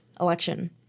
election